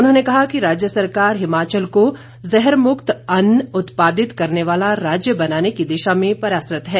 उन्होंने कहा कि राज्य सरकार हिमाचल को जहर मुक्त अन्न उत्पादित करने वाला राज्य बनाने की दिशा में प्रयासरत है